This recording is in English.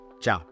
Ciao